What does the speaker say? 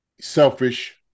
Selfish